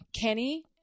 Kenny